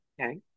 Okay